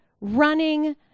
running